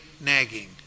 nagging